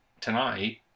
tonight